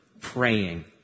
praying